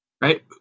right